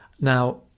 now